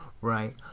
Right